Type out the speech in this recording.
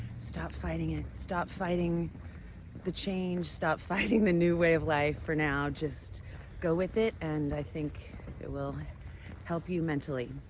stop fighting it. stop fighting the change. stop fighting the new way of life, for now. just go with it and i think will help you mentally.